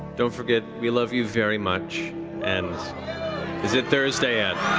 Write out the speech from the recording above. don't forget we love you very much and is it thursday yet?